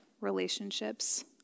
relationships